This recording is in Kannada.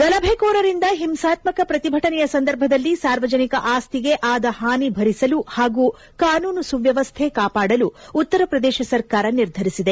ಗಲಭೆಕೋರರಿಂದ ಹಿಂಸಾತ್ವಕ ಪ್ರತಿಭಟನೆಯ ಸಂದರ್ಭದಲ್ಲಿ ಸಾರ್ವಜನಿಕ ಆಸ್ತಿಗೆ ಆದ ಹಾನಿ ಭರಿಸಲು ಹಾಗೂ ಕಾನೂನು ಸುವ್ಯವಸ್ಥೆ ಕಾಪಾಡಲು ಉತ್ತರ ಪ್ರದೇಶ ಸರ್ಕಾರ ನಿರ್ಧರಿಸಿದೆ